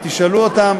ותשאלו אותם